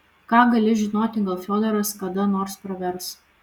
ką gali žinoti gal fiodoras kada nors pravers